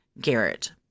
Garrett